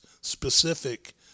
specific